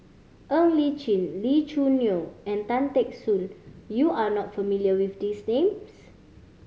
Ng Li Chin Lee Choo Neo and Tan Teck Soon you are not familiar with these names